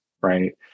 Right